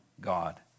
God